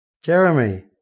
Jeremy